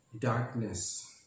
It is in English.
darkness